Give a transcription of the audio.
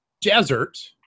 desert